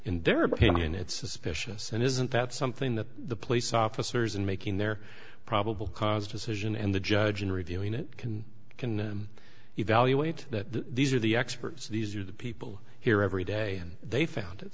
in their opinion it's suspicious and isn't that something that the police officers in making their probable cause decision and the judge in reviewing it can can evaluate that these are the experts these are the people here every day and they found it